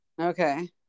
Okay